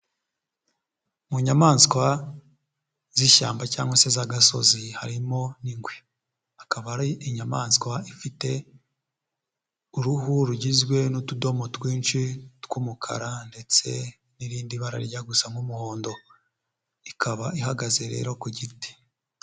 Mu nyamaswa z'ishyamba cyangwa se z'agasozi harimo n'ingwe, hakaba ari inyamaswa ifite uruhu rugizwe n'utudomo twinshi tw'umukara ndetse n'irindi bara rijya gusa nk'umuhondo, ikaba ihagaze rero ku giti.